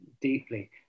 deeply